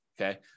Okay